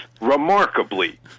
remarkably